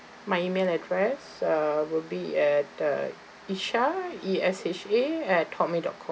my email address uh will be at uh esha E S H A at Hotmail dot com